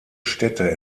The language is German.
städte